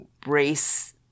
brace